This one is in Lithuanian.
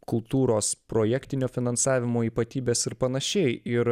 kultūros projektinio finansavimo ypatybes ir panašiai ir